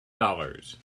dollars